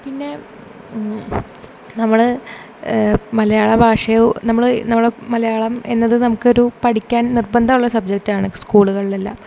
പിന്നെ നമ്മൾ മലയാള ഭാഷയെ നമ്മൾ നമ്മളുടെ മലയാളം എന്നത് നമുക്കൊരു പഠിക്കാൻ നിർബന്ധമുള്ള സബ്ജക്റ്റാണ് സ്കൂളുകളെല്ലാം